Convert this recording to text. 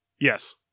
Yes